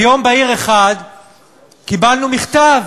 ויום בהיר אחד קיבלנו מכתב